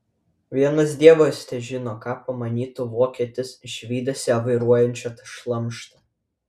vienas dievas težino ką pamanytų vokietis išvydęs ją vairuojančią tą šlamštą